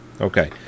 Okay